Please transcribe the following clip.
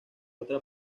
otra